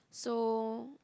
so